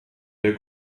der